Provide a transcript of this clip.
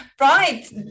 Right